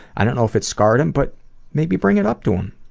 i don't know if it's scarred him but maybe bring it up to him.